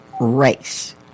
Race